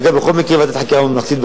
אגב, בכל מקרה בסוף תהיה ועדת חקירה ממלכתית,